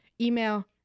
email